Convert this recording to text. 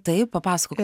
taip papasakok